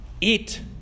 Eat